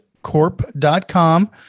corp.com